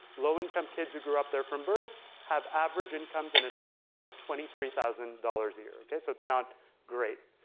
low income kids who grew up there from birth have average incomes in adulthood of twenty three thousand dollars a year, okay? so it's not great.